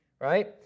right